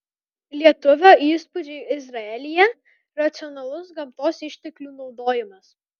lietuvio įspūdžiai izraelyje racionalus gamtos išteklių naudojimas